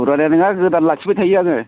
फुराना नङा गोदान लाखिबाय थायो आङो